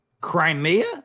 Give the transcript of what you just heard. Crimea